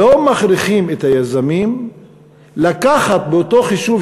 לא מכריחים את היזמים לקחת באותו חישוב